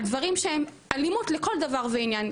על דברים שהם אלימות לכל דבר ועניין.